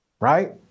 right